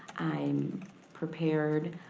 i'm prepared.